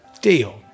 deal